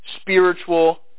spiritual